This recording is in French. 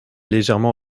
légèrement